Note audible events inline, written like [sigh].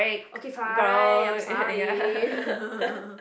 okay fine I'm sorry [laughs]